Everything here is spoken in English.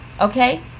Okay